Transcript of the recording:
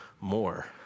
more